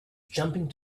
jumping